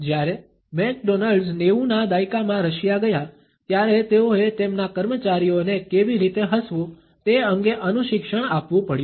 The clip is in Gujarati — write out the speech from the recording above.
જ્યારે મેકડોનાલ્ડ્સ નેવુંના દાયકામાં રશિયા ગયા ત્યારે તેઓએ તેમના કર્મચારીઓને કેવી રીતે હસવું તે અંગે અનુશિક્ષણ આપવું પડ્યું